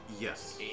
yes